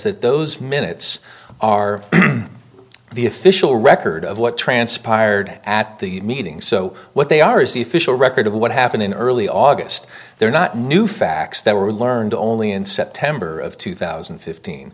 that those minutes are the official record of what transpired at the meeting so what they are is the official record of what happened in early august there are not new facts that were learned only in september of two thousand and fifteen